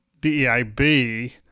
DEIB